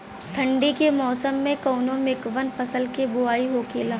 ठंडी के मौसम कवने मेंकवन फसल के बोवाई होखेला?